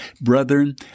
Brethren